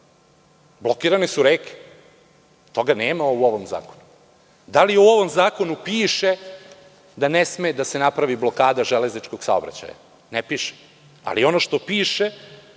Blokirane su reke. Toga nema u ovom zakonu. Da li u ovom zakonu piše da ne sme da se napravi blokada železničkog saobraćaja? Ne piše, ali i ono što piše